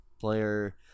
player